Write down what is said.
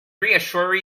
reassure